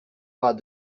pas